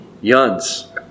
Yuns